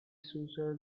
suicide